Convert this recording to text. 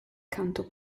canto